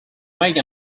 make